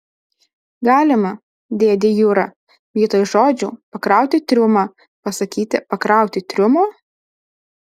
galima dėde jura vietoj žodžių pakrauti triumą pasakyti pakrauti triumo